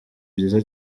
byiza